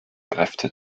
kräfte